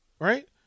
Right